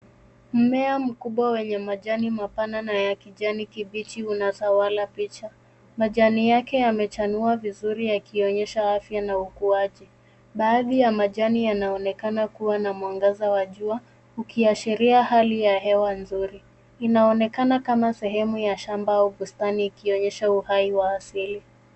Mmea mkubwa wenye majani mapana na ya kijani kibichi yanatawala picha . Majani yake yamechanua vizuri yakionyesha afya na ukuaji. Baadhi ya majani yanaonekana kuwa na mwangaza wa jua ukiashiria hali ya hewa nzuri. Inaonekana kama sehemu ya shamba au bustani ikionyesha uhai wa asili.